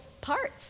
parts